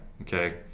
Okay